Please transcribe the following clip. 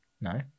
No